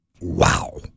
Wow